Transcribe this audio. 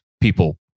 people